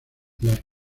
las